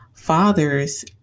fathers